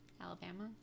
Alabama